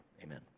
Amen